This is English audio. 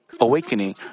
awakening